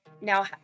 now